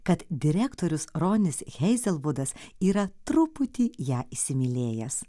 kad direktorius ronis heizelvudas yra truputį ją įsimylėjęs